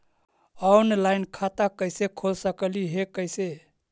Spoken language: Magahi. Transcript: ऑनलाइन खाता कैसे खोल सकली हे कैसे?